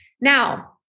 Now